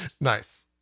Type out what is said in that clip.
nice